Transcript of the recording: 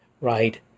right